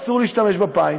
אסור להשתמש בפיינט,